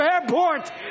airport